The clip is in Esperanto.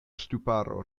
ŝtuparo